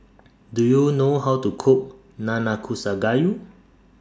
Do YOU know How to Cook Nanakusa Gayu